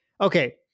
okay